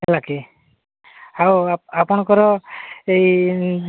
ହେଲା କି ଆଉ ଆପଣଙ୍କର ଏଇ